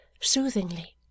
Soothingly